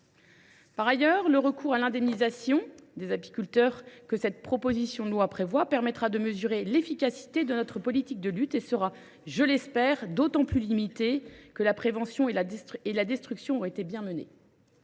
par les apiculteurs à l’indemnisation que cette proposition de loi prévoit permettra par ailleurs de mesurer l’efficacité de notre politique de lutte et sera, je l’espère, d’autant plus limité que la prévention et la destruction auront été bien menées.